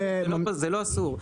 זה לא אסור.